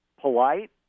polite